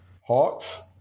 Hawks